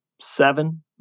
Seven